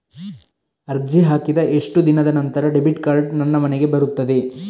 ಅರ್ಜಿ ಹಾಕಿದ ಎಷ್ಟು ದಿನದ ನಂತರ ಡೆಬಿಟ್ ಕಾರ್ಡ್ ನನ್ನ ಮನೆಗೆ ಬರುತ್ತದೆ?